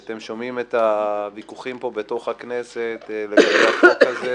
אתם שומעים את הוויכוחים בכנסת לגבי החוק הזה,